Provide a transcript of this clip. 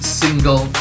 single